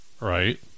right